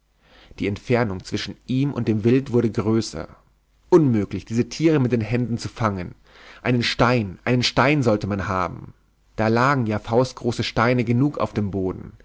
die entfernung zwischen ihm und dem wild wurde größer unmöglich diese tiere mit den händen zu fangen einen stein einen stein sollte man haben da lagen ja faustgroße steine genug auf dem boden